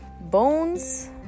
bones